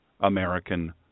american